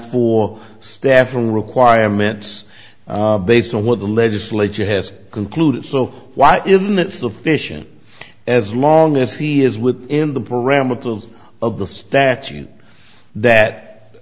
for staffing requirements based on what the legislature has concluded so why isn't it sufficient as long as he is with in the pyramidal of the statute that